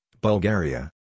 Bulgaria